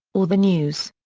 or the news.